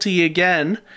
again